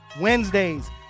Wednesdays